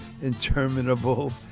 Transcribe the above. interminable